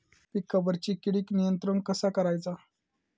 पिकावरची किडीक नियंत्रण कसा करायचा?